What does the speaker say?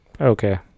Okay